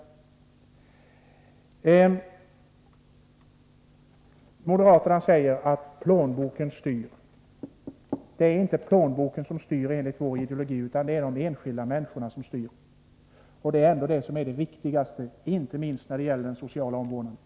Det sägs att moderaterna vill att plånboken skall styra. Enligt vår ideologi är det inte plånboken som styr, utan det är de enskilda människorna som styr. Det är ändå det som är det viktigaste, inte minst när det gäller den sociala omvårdnaden.